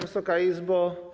Wysoka Izbo!